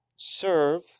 Serve